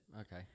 Okay